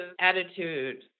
attitude